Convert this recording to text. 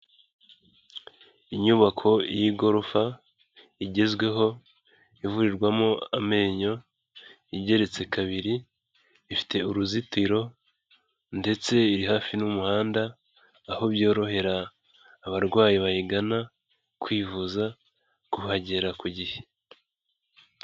Inyubako y'igorofa igezweho ivurirwamo amenyo igeretse kabiri, ifite uruzitiro ndetse iri hafi n'umuhanda, aho byorohera abarwayi bayigana kwivuza kuhagera ku gihe.